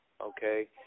okay